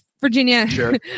Virginia